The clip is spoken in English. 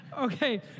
Okay